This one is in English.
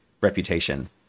reputation